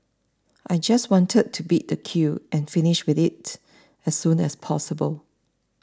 I just wanted to beat the queue and finish with it as soon as possible